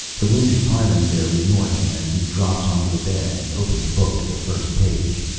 the wounded pyrrans there ignored him as he dropped onto the bed and opened the book to the first page.